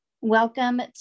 Welcome